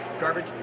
garbage